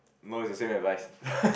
no it's the same advice